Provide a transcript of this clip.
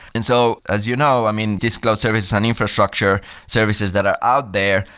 and so as you know, i mean these cloud services and infrastructure services that are out there,